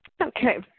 Okay